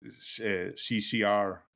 CCR